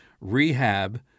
rehab